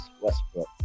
Westbrook